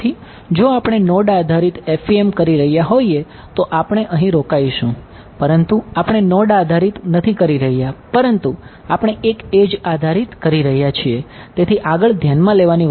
તેથી જો આપણે નોડ આધારિત FEM કરી રહ્યા હોઈએ તો આપણે અહીં રોકાઈશું પરંતુ આપણે નોડ આધારિત નથી કરી રહ્યા પરંતુ આપણે એક એડ્જ છે